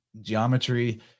Geometry